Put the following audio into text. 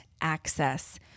access